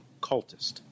cultist